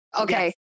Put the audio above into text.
Okay